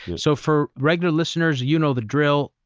yeah so for regular listeners, you know the drill.